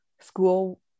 school